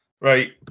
right